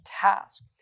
task